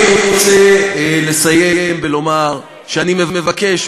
אני רוצה לסיים ולומר שאני מבקש,